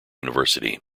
university